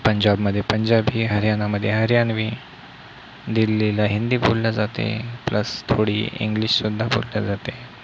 पंजाबमध्ये पंजाबी हरियानामध्ये हरियाणवी दिल्लीला हिंदी बोलली जाते प्लस थोडी इंग्लिशसुद्धा बोलली जाते